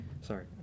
sorry